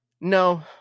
No